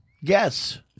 Yes